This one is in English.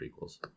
prequels